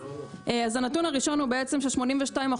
אז הנתון הראשון הוא בעצם ש-82%